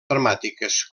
dramàtiques